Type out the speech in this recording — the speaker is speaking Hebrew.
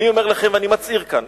אני מצהיר כאן,